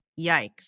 Yikes